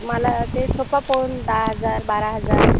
मला ते सोफा पाहून दहा हजार बारा हजार